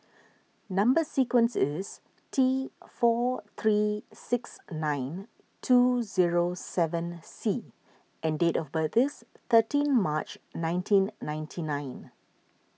Number Sequence is T four three six nine two zero seven C and date of birth is thirteen March nineteen ninety nine